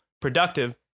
productive